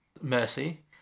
mercy